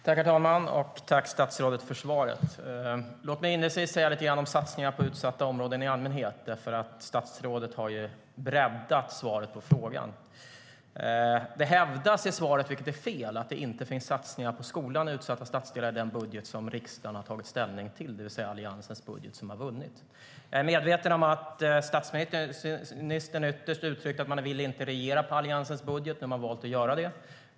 Herr talman! Tack, statsrådet, för svaret! Låt mig inledningsvis säga lite grann om satsningar på utsatta områden i allmänhet, för statsrådet har ju breddat svaret på frågan. Det hävdas i svaret, vilket är fel, att det inte finns satsningar på skolan i utsatta stadsdelar i den budget som riksdagen har tagit ställning till, det vill säga Alliansens budget, som har vunnit. Jag är medveten om att statsministern har uttryckt att man inte ville regera på Alliansens budget, men man har valt att göra det.